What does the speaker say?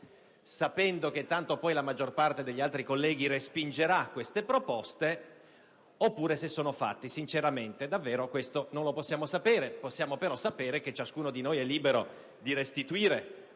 sapendo che tanto poi la maggior parte degli altri colleghi respingerà queste proposte oppure se sono fatti con sincerità: davvero questo non lo possiamo sapere. Possiamo sapere, però, che ciascuno di noi è libero di restituire